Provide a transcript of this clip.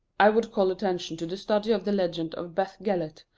i would call attention to the study of the legend of beth gellert,